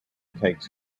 takes